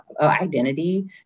identity